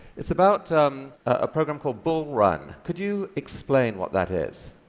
it's about a program called bullrun. can you explain what that is?